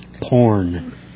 Porn